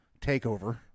takeover